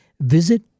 visit